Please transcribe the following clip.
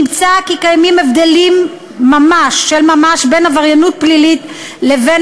נמצא כי קיימים הבדלים של ממש בין עבריינות פלילית לבין